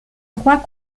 roi